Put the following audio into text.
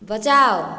बचाओ